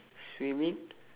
swimming